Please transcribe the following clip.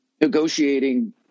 negotiating